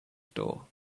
store